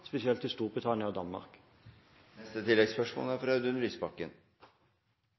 spesielt i Storbritannia og Danmark.